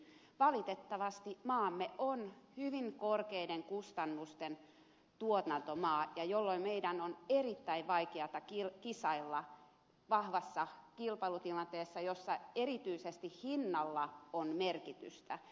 valitettavasti maamme on hyvin korkeiden kustannusten tuotantomaa jolloin meidän on erittäin vaikeata kisailla vahvassa kilpailutilanteessa jossa erityisesti hinnalla on merkitystä